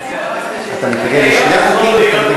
אתה מתנגד לשני החוקים,